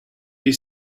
you